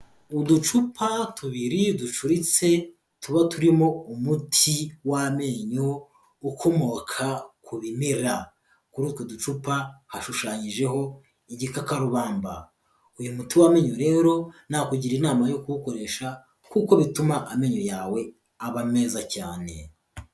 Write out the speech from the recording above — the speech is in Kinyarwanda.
Uducupa tubiri ducuritse tuba turimo umuti w'amenyo ukomoka ku bimera, kuri utwo ducupa hashushanyijeho igikakarubamba, uyu muti w'amenye rero nakugira inama yo kuwukoresha kuko bituma amenyo yawe aba meza cyane.